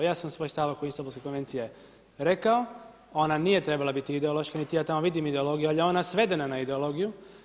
Ja sam svoj stav oko Istanbulske konvencije rekao, ona nije trebala biti ideološka niti ja tamo vidim ideologiju, ali je ona svedena na ideologiju.